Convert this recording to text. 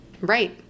Right